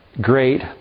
great